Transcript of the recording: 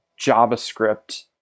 javascript